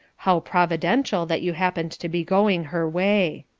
how providential that you happened to be going her way.